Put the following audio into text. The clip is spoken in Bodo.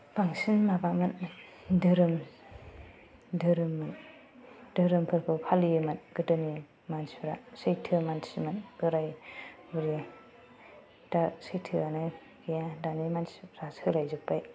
बांसिन माबामोन धोरोम धोरोम धोरोमफोरखौ फालियोमोन गोदोनि मानसिफ्रा सैथो मानसिमोन बोराय बुरै दा सैथोआनो गैया दानि मानसिफ्रा सोलायजोब्बाय